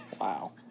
Wow